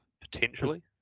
Potentially